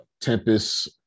tempest